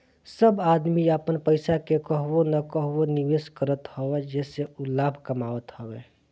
सब आदमी अपन पईसा के कहवो न कहवो निवेश करत हअ जेसे उ लाभ कमात हवे